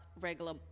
regular